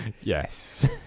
yes